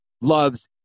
loves